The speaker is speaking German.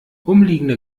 umliegende